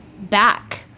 back